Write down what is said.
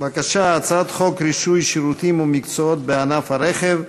הצעת חוק רישוי שירותים ומקצועות בענף הרכב,